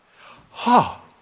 Ha